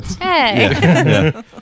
Hey